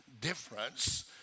difference